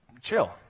chill